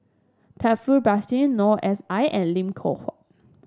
Taufik Batisah Noor S I and Lim Loh Huat